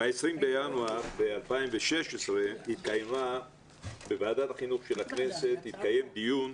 ב-20 בינואר 2016 התקיים בוועדת החינוך של הכנסת דיון,